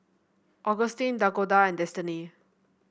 Agustin Dakoda and Destini